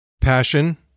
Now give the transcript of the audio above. Passion